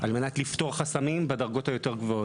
על מנת לפתור חסמים בדרגות היותר גבוהות.